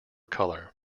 colour